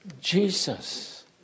Jesus